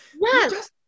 yes